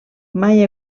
mai